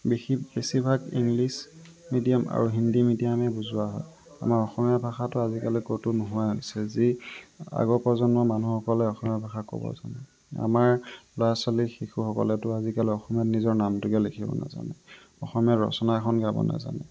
বেছিভাগ English medium আৰু হিন্দি মিডিয়ামে বুজোৱা হয় আমাৰ অসমীয়া ভাষাটো আজিকালি ক'তো নোহোৱাই হৈছে যি আগৰ প্ৰজন্মৰ মানুহসকলে অসমীয়া ভাষা ক'ব জানে আমাৰ ল'ৰা ছোৱালী শিশুসকলেতো আজিকালি অসমীয়াত নিজৰ নামটোকে লিখিব নাজানে অসমীয়া ৰচনা এখন গাব নাজানে